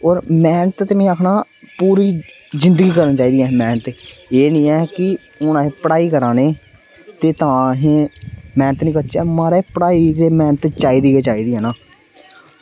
फिर मैह्नत कन्नै आक्खना पूरी जिंदगी करनी चाहिदी असें मैह्नत एह् निं ऐ की हून असें पढ़ाई करानी ते तां अस मैह्नत निं करचै एह् तां म्हाराज पढ़ाई ते मैह्नत चाहिदी गै चाहिदी है ना